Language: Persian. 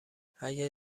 اگه